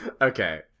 Okay